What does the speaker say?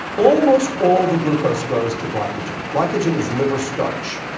almost all the glucose goes to glycogen. glycogen is liver starch.